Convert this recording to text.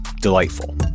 delightful